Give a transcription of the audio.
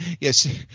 Yes